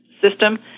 system